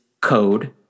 code